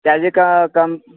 त्याचे क कम